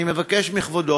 אני מבקש מכבודו,